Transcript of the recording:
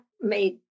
made